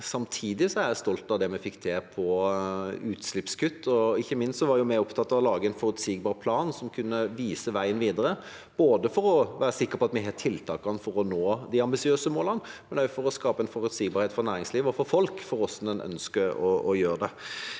Samtidig er jeg stolt av det vi fikk til på utslippskutt. Ikke minst var vi opptatt av å lage en forutsigbar plan som kunne vise veien videre, både for å være sikre på at vi har tiltakene for å nå de ambisiøse målene, og også for å skape en forutsigbarhet for næringsliv og folk for hvordan en ønsket å gjøre det.